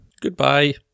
Goodbye